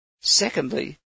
Secondly